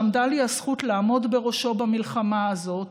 "שעמדה לי הזכות לעמוד בראשו במלחמה הזאת,